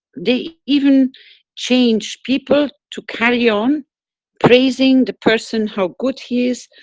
they even change people to carry on praising the person how good he is,